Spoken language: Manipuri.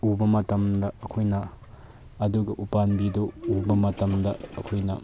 ꯎꯕ ꯃꯇꯝꯗ ꯑꯩꯈꯣꯏꯅ ꯑꯗꯨꯒ ꯎꯄꯥꯝꯕꯤꯁꯨ ꯎꯕ ꯃꯇꯝꯗ ꯑꯩꯈꯣꯏꯅ